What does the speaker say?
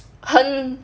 很